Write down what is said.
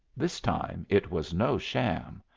this time it was no sham.